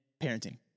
parenting